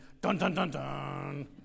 dun-dun-dun-dun